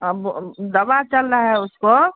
अब दवा चल रहा है उसको